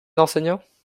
d’enseignants